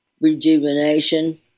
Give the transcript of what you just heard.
Rejuvenation